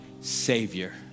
savior